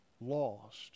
lost